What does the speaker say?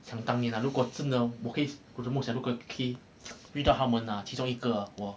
想当年啊如果真的我可我的梦想可以遇到他们其中一个 !wah!